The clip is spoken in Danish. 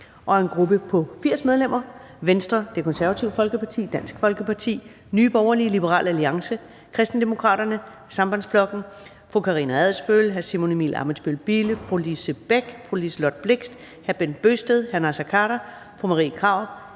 en gruppe på 80 medlemmer: Venstre, Det Konservative Folkeparti, Dansk Folkeparti, Nye Borgerlige, Liberal Alliance, Kristendemokraterne, Sambandsflokkurin (SP), Karina Adsbøl (UFG), Simon Emil Ammitzbøll-Bille (UFG), Lise Bech (UFG), Liselott Blixt (UFG), Bent Bøgsted (UFG), Naser Khader (UFG), Marie Krarup